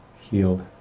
healed